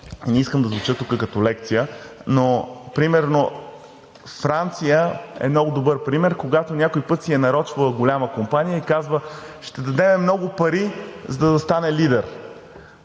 Не искам да звуча тук като лекция, но например Франция е много добър пример. Когато някой път си е нарочила голяма компания и казва: ще дадем много пари, за да стане лидер.